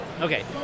Okay